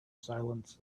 silence